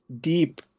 deep